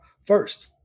first